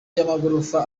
y’amagorofa